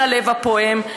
של הלב הפועם,